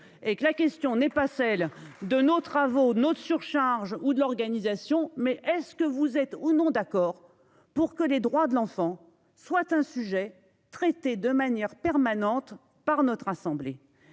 la question n'est pas celle de nos travaux notre surcharge ou de l'organisation. Mais est-ce que vous êtes ou non d'accord pour que les droits de l'enfant soit un sujet traité de manière permanente par notre assemblée.